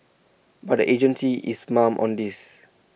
but agency is mum on this